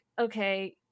okay